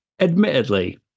admittedly